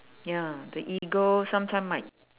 ya the ego sometime might